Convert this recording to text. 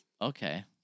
Okay